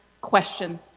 question